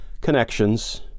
connections